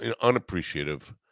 unappreciative